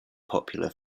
popular